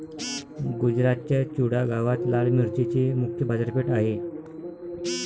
गुजरातच्या चुडा गावात लाल मिरचीची मुख्य बाजारपेठ आहे